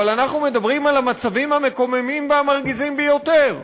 אבל אנחנו מדברים על המצבים המקוממים והמרגיזים ביותר.